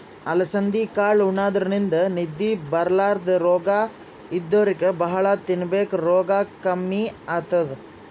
ಅಲಸಂದಿ ಕಾಳ್ ಉಣಾದ್ರಿನ್ದ ನಿದ್ದಿ ಬರ್ಲಾದ್ ರೋಗ್ ಇದ್ದೋರಿಗ್ ಭಾಳ್ ತಿನ್ಬೇಕ್ ರೋಗ್ ಕಮ್ಮಿ ಆತದ್